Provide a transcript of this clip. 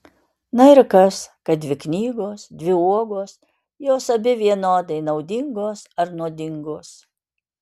na ir kas kad dvi knygos dvi uogos jos abi vienodai naudingos ar nuodingos